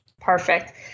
Perfect